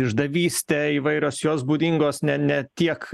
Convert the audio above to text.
išdavyste įvairios jos būdingos ne ne tiek